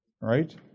right